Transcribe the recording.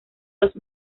los